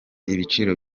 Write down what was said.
ibiciro